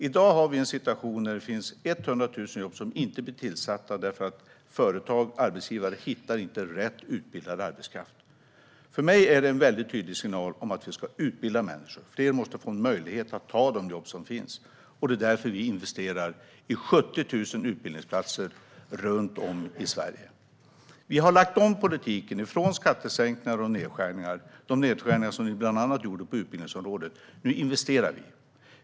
I dag har vi en situation där det finns 100 000 jobb som inte blir tillsatta därför att företag och arbetsgivare inte hittar rätt utbildad arbetskraft. För mig är det en väldigt tydlig signal om att vi ska utbilda människor. Fler måste få möjlighet att ta de jobb som finns, och det är därför vi investerar i 70 000 utbildningsplatser runt om i Sverige. Vi har lagt om politiken, från skattesänkningar och nedskärningar - de nedskärningar ni bland annat gjorde på utbildningsområdet, Annie Lööf - till att investera.